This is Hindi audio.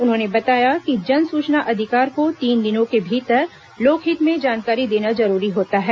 उन्होंने बताया कि जन सूचना अधिकारी को तीन दिनों के भीतर लोकहित में जानकारी देना जरूर होता है